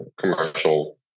commercial